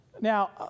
Now